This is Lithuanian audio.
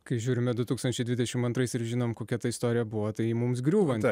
kai žiūrime du tūkstančiai dvidešim antrais ir žinom kokia ta istorija buvo tai ji mums griūvan